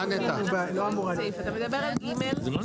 עזוב.